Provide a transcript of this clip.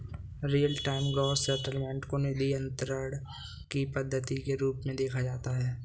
real time gross settlement को निधि अंतरण की पद्धति के रूप में देखा जाता है